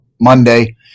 Monday